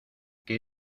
que